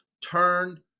turn